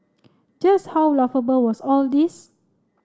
just how laughable was all this